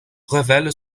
révèle